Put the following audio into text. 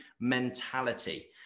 mentality